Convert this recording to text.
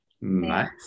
Nice